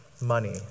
money